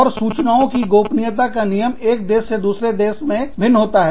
और सूचनाओं की गोपनीयता का नियम एक देश से दूसरे देश में भिन्न होता है